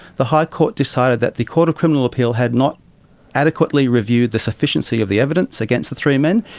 the high court decided that the court of criminal appeal had not adequately reviewed the sufficiency of the evidence against the three men,